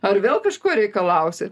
ar vėl kažkuo reikalausi